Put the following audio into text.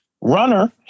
runner